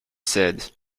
said